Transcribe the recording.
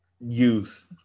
youth